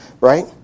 right